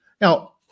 Now